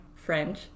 French